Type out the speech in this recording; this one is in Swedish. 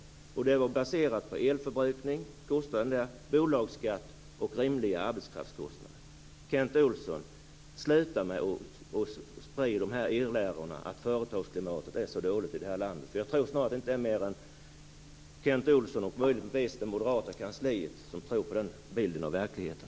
Undersökningen var baserad på kostnaden för elförbrukning, bolagsskatt och rimliga arbetskraftskostnader. Kent Olsson! Sluta med att sprida irrlärorna att företagsklimatet är så dåligt i det här landet. Jag tror snarare att det inte är fler än Kent Olsson och möjligtvis det moderata kansliet som tror på den bilden av verkligheten.